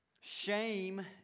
shame